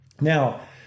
now